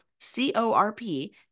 C-O-R-P